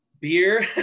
Beer